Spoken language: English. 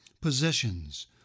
possessions